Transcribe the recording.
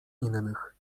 innych